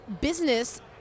business